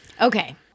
okay